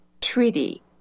treaty